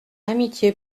amitié